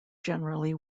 generally